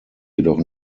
jedoch